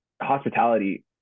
hospitality